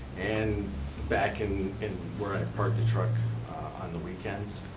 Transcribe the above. and back and and where i park the truck on the weekends.